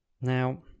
now